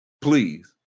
please